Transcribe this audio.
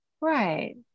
Right